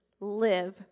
live